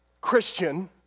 Christian